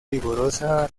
vigorosa